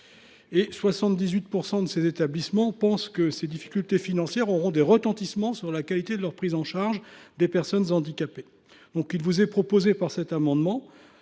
78 % de ces établissements estiment que ces difficultés financières auront un effet sur la qualité de leur prise en charge des personnes handicapées. Il vous est proposé, par cet amendement,